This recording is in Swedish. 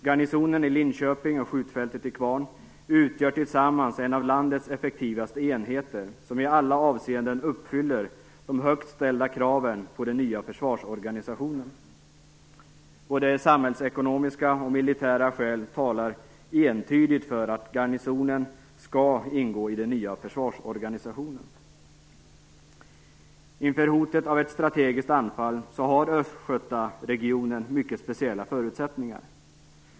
Garnisonen i Linköping och skjutfältet i Kvarn utgör tillsammans en av landets effektivaste enheter, som i alla avseenden uppfyller de högt ställda kraven på den nya försvarsorganisationen. Både samhällsekonomiska och militära skäl talar entydigt för att garnisonen skall ingå i den nya försvarsorganisationen. Inför hotet av ett strategiskt anfall har Östgötaregionen mycket speciella förutsättningar.